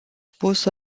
pusă